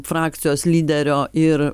frakcijos lyderio ir